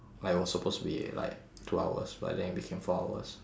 like it was supposed to be like two hours but then it became four hours